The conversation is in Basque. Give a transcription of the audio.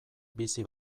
bizi